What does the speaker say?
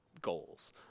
goals